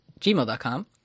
gmail.com